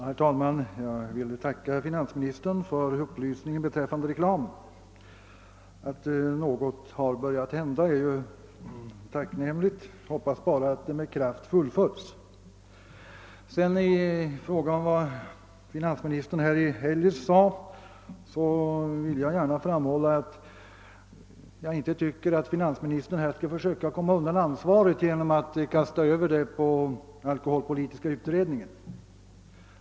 Herr talman! Jag vill tacka finansministern för upplysningen beträffande reklamen. Att någonting här börjat hända är ju tacknämligt. Jag hoppas bara att det med kraft fullföljs. I fråga om vad finansministern eljest sade vill jag framhålla att enligt min mening finansministern inte bör försöka komma undan ansvaret genom att kasta över det på alkoholpolitiska utredningen.